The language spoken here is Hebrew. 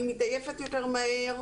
אני מתעייפת יותר מהר,